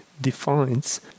defines